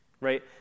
Right